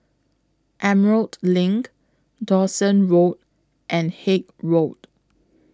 Emerald LINK Dawson Road and Haig Road